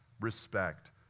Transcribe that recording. respect